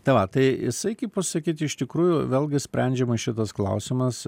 tai va tai jisai kaip pasakyt iš tikrųjų vėlgi sprendžiamas šitas klausimas